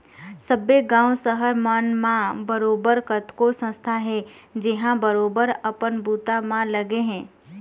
सब्बे गाँव, सहर मन म बरोबर कतको संस्था हे जेनहा बरोबर अपन बूता म लगे हे